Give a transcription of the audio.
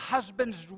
Husbands